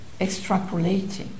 extrapolating